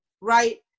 right